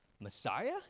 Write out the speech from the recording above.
Messiah